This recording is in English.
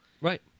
Right